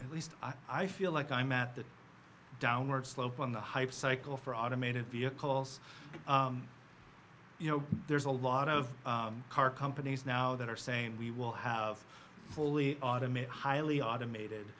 like least i feel like i'm at the downward slope on the hype cycle for automated vehicles you know there's a lot of car companies now that are saying we will have fully automated highly automated